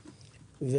ביטוח.